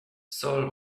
saul